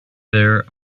there